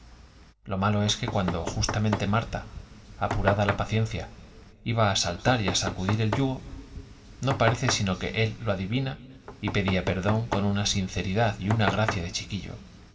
lo malo es que cuando justamente marta apurada la paciencia iba á saltar y á sacudir el yugo no parece sino que él lo adivinaba y pedía perdón con una sin ceridad y una gracia de chiquillo